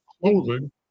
clothing